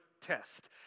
test